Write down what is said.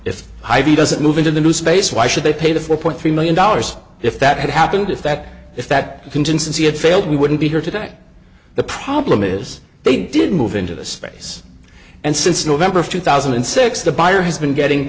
if i b doesn't move into the new space why should they pay the four point three million dollars if that had happened if that if that contingency had failed we wouldn't be here today the problem is they did move into the space and since november of two thousand and six the buyer has been getting